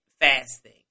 fasting